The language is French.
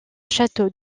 château